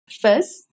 First